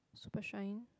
super shine